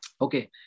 Okay